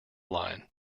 line